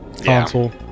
console